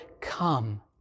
come